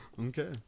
Okay